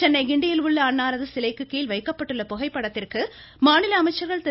சென்னை கிண்டியில் உள்ள அன்னாரது சிலைக்கு கீழ் வைக்கப்பட்டுள்ள புகைப்படத்திற்கு மாநில அமைச்சர்கள் திரு